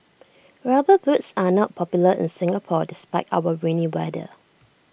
rubber boots are not popular in Singapore despite our rainy weather